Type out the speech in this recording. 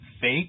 fake